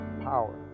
power